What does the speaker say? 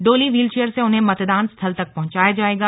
डोली व्हीलचेयर से उन्हें मतदान स्थल तक पहुंचाया जाएगा